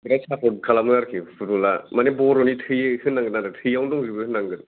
बिराद सापर्ट खालामो आरोखि फुटबला मानि बर'नि थै होननांगोन आरो थैयावनो दंजोबो होननांगोन